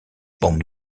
bond